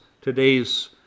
today's